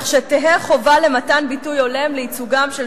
כך שתהא חובה למתן ביטוי הולם לייצוגם של